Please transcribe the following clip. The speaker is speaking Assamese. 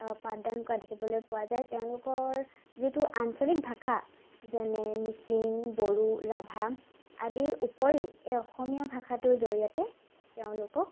পাঠদান কৰা দেখিবলৈ পোৱা যায় তেওঁলোকৰ যিটো আঞ্চলিক ভাষা যেনে মিচিং বড়ো ৰাভা আদিৰ উপৰিও এই অসমীয়া ভাষাটোৰ জৰিয়তে তেওঁলোকক